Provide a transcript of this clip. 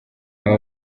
aba